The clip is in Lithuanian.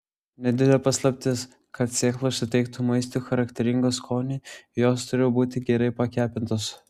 nedidelė paslaptis kad sėklos suteiktų maistui charakteringą skonį jos turi būti gerai pakepintos